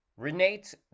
Renate